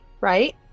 right